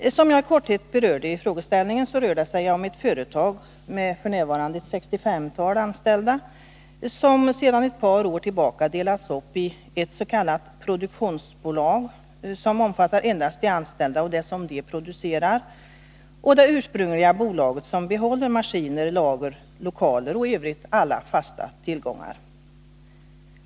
Som jag i korthet berörde i frågeställningen rör det sig om ett företag med f. n. ungefär 65 anställda, som sedan ett par år tillbaka delats upp i ett s.k. produktionsbolag — omfattande endast de anställda och det som de producerar — och det ursprungliga bolaget, som behåller maskiner, lager, lokaler och i övrigt alla fasta tillgångar.